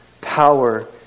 power